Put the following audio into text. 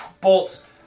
bolts